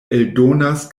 eldonas